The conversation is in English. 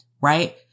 right